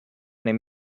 name